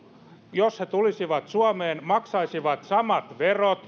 jos he tulisivat suomeen maksaisivat samat verot